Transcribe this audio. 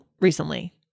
recently